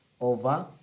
over